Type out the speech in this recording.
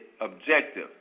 objective